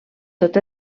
tot